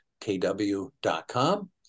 kw.com